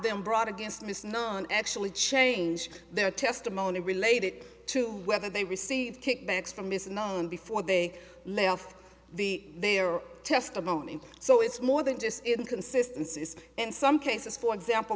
them brought against ms none actually change their testimony related to whether they received kickbacks from is known before they left the their testimony so it's more than just inconsistences in some cases for example